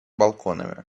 балконами